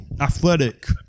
athletic